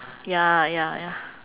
ya ya ya